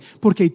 Porque